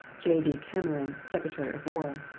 j d. cameron, secretary of war.